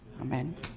Amen